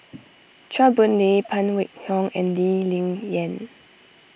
Chua Boon Lay Phan Wait Hong and Lee Ling Yen